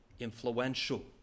influential